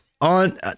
on